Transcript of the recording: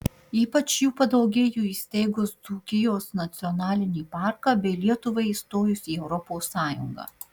ypač jų padaugėjo įsteigus dzūkijos nacionalinį parką bei lietuvai įstojus į europos sąjungą